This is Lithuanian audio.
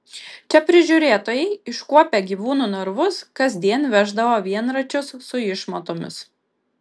čia prižiūrėtojai iškuopę gyvūnų narvus kasdien veždavo vienračius su išmatomis